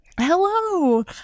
Hello